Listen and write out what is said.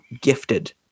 gifted